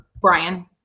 Brian